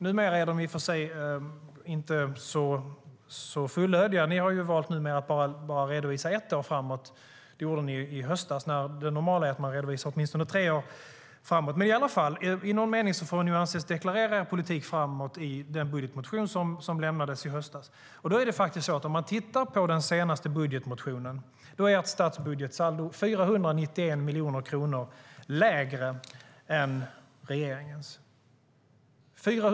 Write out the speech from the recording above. Nu är den inte fullödig, för i höstas valde ni att redovisa bara ett år framåt när det normala är att man redovisar åtminstone tre år framåt. Men i någon mening får ni anses deklarera er politik framåt i den budgetmotion som lämnades i höstas. I er senaste budgetmotion är ert statsbudgetsaldo 491 miljoner kronor lägre än regeringens.